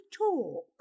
talk